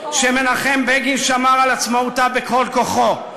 שמנחם בגין שמר על עצמאותה בכל כוחו,